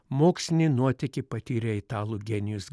mokslinį nuotykį patyrė italų genijus